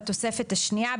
בתוספת השנייה,